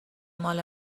مال